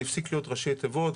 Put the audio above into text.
זה הפסיק להיות ראשי תיבות.